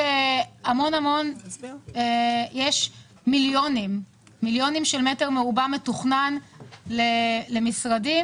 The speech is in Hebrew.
יש מיליונים של מטר מרובע מתוכנן למשרדים.